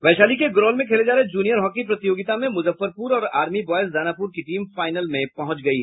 वैशाली के गौरोल में खेले जा रहे जूनियर हॉकी प्रतियोगिता में मुजफ्फरपुर और आर्मी ब्यॉयज दानापुर की टीम फाइनल में पहुंच गयी है